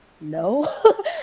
no